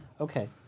Okay